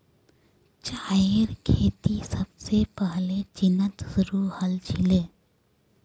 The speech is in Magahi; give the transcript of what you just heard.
चायेर खेती सबसे पहले चीनत शुरू हल छीले